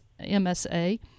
MSA